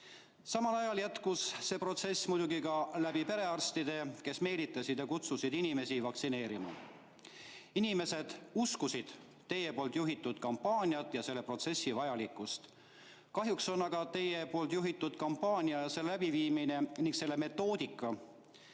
Samal ajal jätkus see protsess muidugi ka perearstide juures, nad meelitasid ja kutsusid inimesi vaktsineerima. Inimesed uskusid teie juhitud kampaaniat ja selle protsessi vajalikkust. Kahjuks on teie juhitud kampaania läbiviimine ning selle metoodika